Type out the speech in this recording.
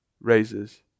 raises